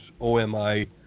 omi